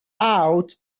out